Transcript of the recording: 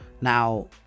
Now